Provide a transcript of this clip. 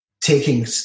taking